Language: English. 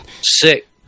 sick